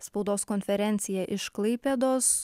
spaudos konferenciją iš klaipėdos